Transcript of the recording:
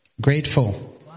grateful